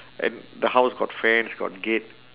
and the house got fence got gate